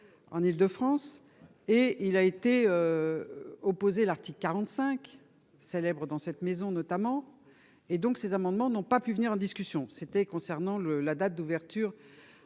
En Île-de-France et il a été. Opposé l'Arctique 45 célèbres dans cette maison notamment et donc ces amendements n'ont pas pu venir en discussion c'était concernant le la date d'ouverture.